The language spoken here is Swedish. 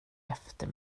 efter